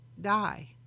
die